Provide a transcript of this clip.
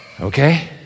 okay